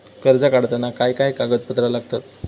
कर्ज काढताना काय काय कागदपत्रा लागतत?